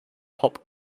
pop